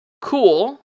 cool